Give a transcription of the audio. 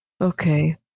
Okay